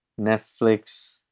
Netflix